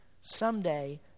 someday